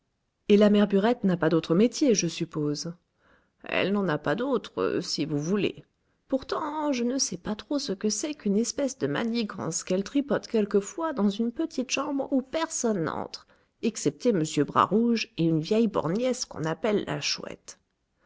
et la mère burette n'a pas d'autre métier je suppose elle n'en a pas d'autre si vous voulez pourtant je ne sais pas trop ce que c'est qu'une espèce de manigance qu'elle tripote quelquefois dans une petite chambre où personne n'entre excepté m bras rouge et une vieille borgnesse qu'on appelle la chouette